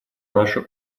наши